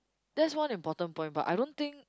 that's one important point but I don't think